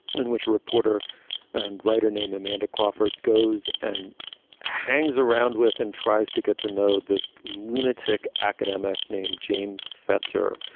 in which a reporter and writer named amanda crawford goes and hangs around with and tries to get to know this lunatic academic named james fetzer,